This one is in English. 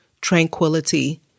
tranquility